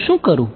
હું શું કરું